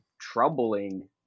troubling